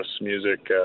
music